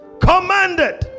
Commanded